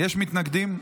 יש מתנגדים.